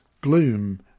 gloom